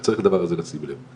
אז צריך את הדבר הזה לשים לב.